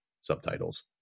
subtitles